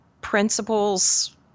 principles